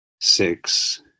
six